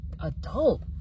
adult